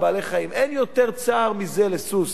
אין צער יותר מזה לסוס, תאמין לי.